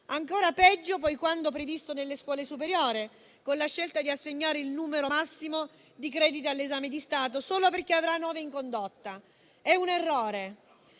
ancora peggio, poi, quanto previsto nelle scuole superiori, con la scelta di assegnare a uno studente il numero massimo di crediti all'esame di Stato solo perché ha nove in condotta: è un errore,